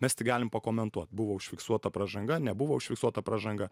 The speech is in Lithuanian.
mes tik galim pakomentuot buvo užfiksuota pražanga nebuvo užfiksuota pražanga